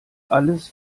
alles